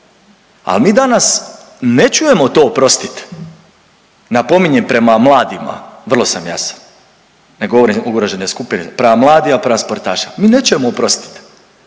Al mi danas ne čujemo to oprostite, napominjem prema mladima, vrlo sam jasan. Ne govorim ugrožene skupine, prema mladima, prema sportašima. Mi nećemo oprostiti.